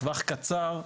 טווח קצר,